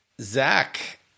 Zach